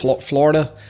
Florida